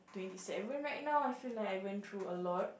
twenty seven right now I feel like I went through a lot